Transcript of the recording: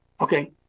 Okay